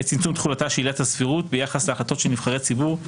לצמצום תחולתה של עילת הסבירות ביחס להחלטותיהם של נבחרי הציבור,